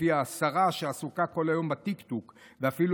לפי השרה שעסוקה כל היום בטיקטוק ואפילו